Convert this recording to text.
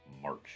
March